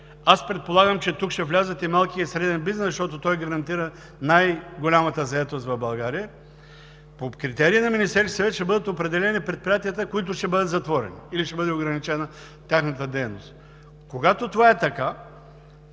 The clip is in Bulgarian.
Аз предполагам, че тук ще влезе и малкият и среден бизнес, защото той гарантира най-голямата заетост в България. По критерий на Министерския съвет ще бъдат определени предприятията, които ще бъдат затворени или ще бъде ограничена тяхната дейност. Когато това е така,